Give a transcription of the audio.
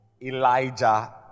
Elijah